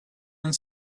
and